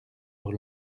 leur